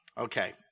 Okay